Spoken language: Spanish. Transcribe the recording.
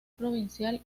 provincial